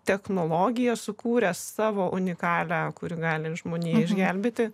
technologiją sukūręs savo unikalią kuri gali žmonijai išgelbėti